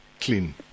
Clean